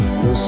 no